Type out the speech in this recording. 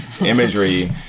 imagery